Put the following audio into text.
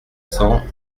cents